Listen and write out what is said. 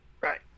Right